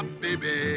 baby